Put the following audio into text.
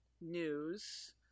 news